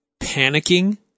panicking